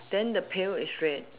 then the pail is red